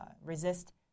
resist